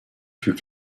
fut